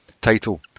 title